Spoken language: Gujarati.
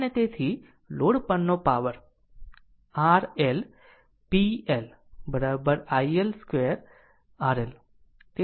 અને તેથી લોડ પરનો power RL p L iL 2 RL